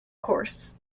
course